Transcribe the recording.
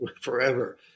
forever